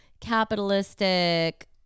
capitalistic